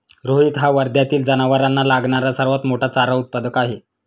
रोहित हा वर्ध्यातील जनावरांना लागणारा सर्वात मोठा चारा उत्पादक आहे